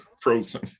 frozen